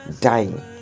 dying